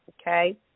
okay